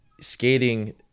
skating